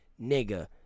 Nigga